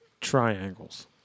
triangles